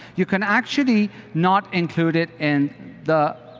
you can actually not include it in the